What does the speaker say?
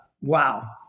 wow